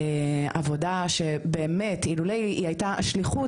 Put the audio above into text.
עבודה שבאמת אילולא היא הייתה שליחות,